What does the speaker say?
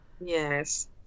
yes